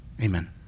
Amen